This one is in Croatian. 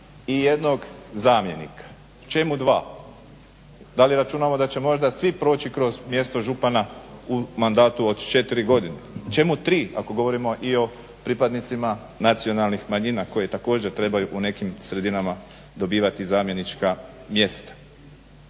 i jednog zamjenika, čemu dva. Da li računamo da će možda svi proći kroz mjesto župana u mandatu od četiri godine. Čemu tri ako govorimo i o pripadnicima nacionalnih manjina koje također trebaju u nekim sredinama dobivati zamjenička mjesta.